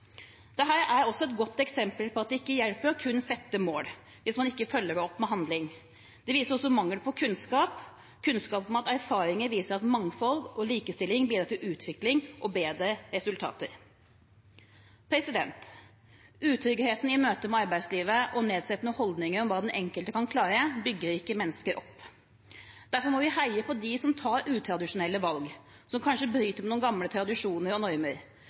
er også et godt eksempel på at det ikke hjelper kun å sette mål hvis man ikke følger det opp med handling. Det viser også mangel på kunnskap – kunnskap om at erfaring viser at mangfold og likestilling bidrar til utvikling og bedre resultater. Utryggheten i møte med arbeidslivet og nedsettende holdninger om hva den enkelte kan klare, bygger ikke mennesker opp. Derfor må vi heie på dem som tar utradisjonelle valg, som kanskje bryter med noen gamle tradisjoner og normer,